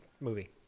movie